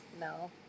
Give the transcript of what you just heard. No